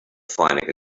finding